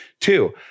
Two